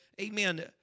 amen